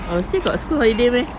oh still got school holiday meh